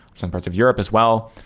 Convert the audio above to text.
some parts of europe as well.